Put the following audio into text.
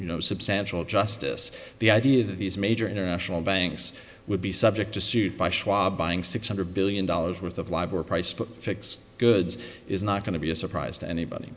you know substantial justice the idea that these major international banks would be subject to suit by schwab buying six hundred billion dollars worth of live or a price for fix goods is not going to be a surprise to anybody